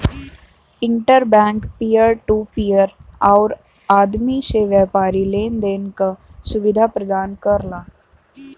inter bank peer to peer आउर आदमी से व्यापारी लेन देन क सुविधा प्रदान करला